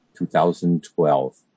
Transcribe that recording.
2012